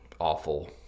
awful